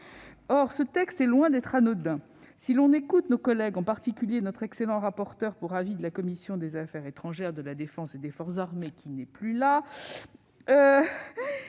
Or ce texte est loin d'être anodin. Si l'on écoute nos collègues, en particulier notre excellent rapporteur pour avis de la commission des affaires étrangères, de la défense et des forces armées, tout est sous